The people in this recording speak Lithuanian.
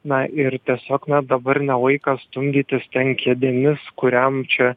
na ir tiesiog na dabar ne laikas stumdytis ten kėdėmis kuriam čia